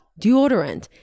deodorant